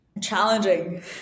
challenging